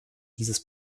dieses